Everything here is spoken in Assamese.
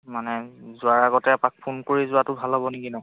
মানে যোৱাৰ আগতে এপাক ফোন কৰি যোৱাটো ভাল হ'ব নেকি ন